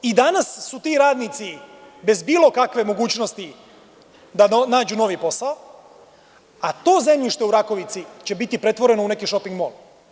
I danas su ti radnici bez bilo kakve mogućnosti da nađu novi posao, a to zemljište u Rakovici će biti pretvoreno u neki šoping mol.